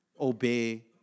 obey